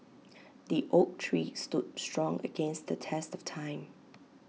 the oak tree stood strong against the test of time